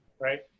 right